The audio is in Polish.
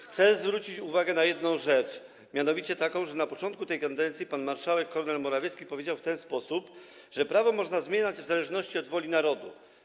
Chcę zwrócić uwagę na jedną rzecz, mianowicie taką, że na początku tej kadencji pan marszałek Kornel Morawiecki powiedział w ten sposób, że prawo można zmieniać w zależności od woli narodu.